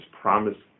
promise